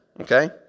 Okay